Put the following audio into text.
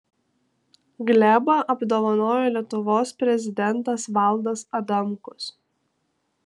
glebą apdovanojo lietuvos prezidentas valdas adamkus